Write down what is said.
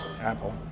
apple